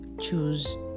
choose